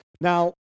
Now